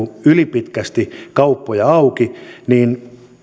ylipitkästi kauppoja auki niin